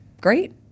Great